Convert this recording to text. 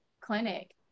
clinic